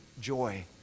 Joy